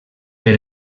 per